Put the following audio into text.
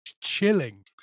chilling